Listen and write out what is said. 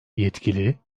yetkili